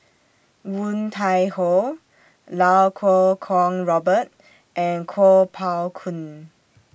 Woon Tai Ho Lau Kuo Kwong Robert and Kuo Pao Kun